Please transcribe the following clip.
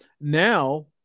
now